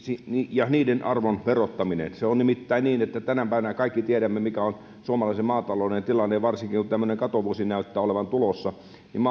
ja niiden arvon verottaminen se on nimittäin niin että tänä päivänä kun kaikki tiedämme mikä on suomalaisen maatalouden tilanne ja varsinkin kun tämmöinen katovuosi näyttää olevan tulossa